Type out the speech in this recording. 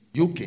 UK